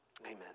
Amen